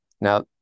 Now